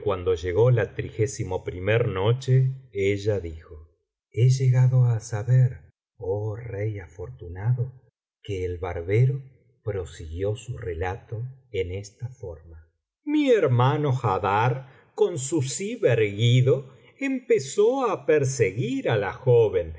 llegó la noche ella dijo he llegado á saber oh rey afortunado que el barbero prosiguió su relato en esta forma mi hermano haddar con su zib erguido empezó á perseguir á la joven